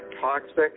toxic